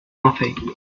nothing